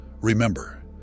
Remember